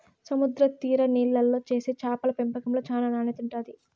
సముద్ర తీర నీళ్ళల్లో చేసే చేపల పెంపకంలో చానా నాణ్యత ఉంటాది